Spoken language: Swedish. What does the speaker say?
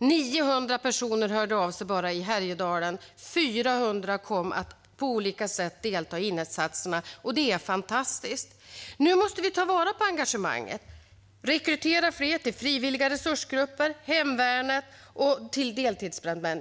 Bara i Härjedalen hörde 900 personer av sig, och 400 kom att delta i insatserna på olika sätt. Det är fantastiskt! Nu måste vi ta vara på engagemanget - rekrytera fler till frivilliga resursgrupper, till hemvärnet och som deltidsbrandmän.